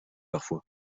parfois